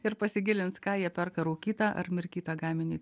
ir pasigilins ką jie perka rūkytą ar mirkytą gaminį